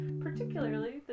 particularly